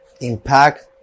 impact